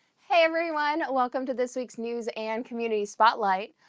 hey everyone! welcome to this week's news and community spotlight.